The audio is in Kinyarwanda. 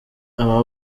aba